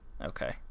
Okay